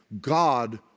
God